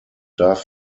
darf